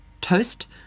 toast